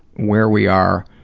where we are,